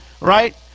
Right